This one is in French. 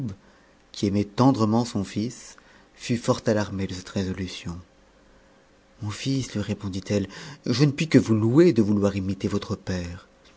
qui aimait tendrement son n s fut fort alarmëe de cette résolution mon fils lui répondit eue je ne puis que vous louer de vouloir imiter votre père